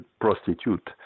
prostitute